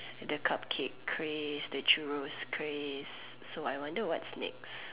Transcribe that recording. the cupcake craze the Churros craze so I wonder what's next